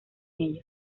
ello